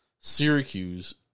Syracuse